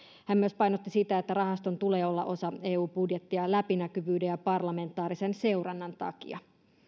hän myös painotti sitä että rahaston tulee olla osa eu budjettia läpinäkyvyyden ja parlamentaarisen seurannan takia